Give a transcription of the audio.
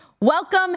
Welcome